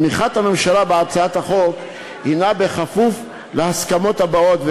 אני רוצה לציין שתמיכת הממשלה בהצעת החוק הנה בכפוף להסכמות הבאות,